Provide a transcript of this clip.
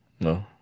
No